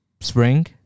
spring